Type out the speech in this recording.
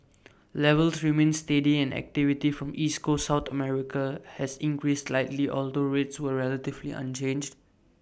levels remained steady and activity from East Coast south America has increased slightly although rates were relatively unchanged